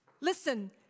Listen